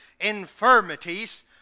infirmities